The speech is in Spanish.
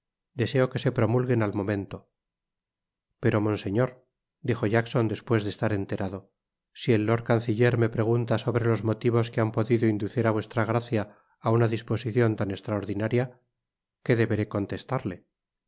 deseo que se promulguen al momento pero monseñor dijo jackson despues de estar enterado si el lord canciller me pregunta sobre los motivos que han podido inducir á vuestra gracia á una disposicion tan estraordinaria que deberé contestarle